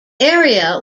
area